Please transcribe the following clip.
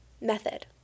Method